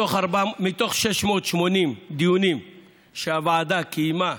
מתוך 680 דיונים שהוועדה קיימה,